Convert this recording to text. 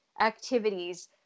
activities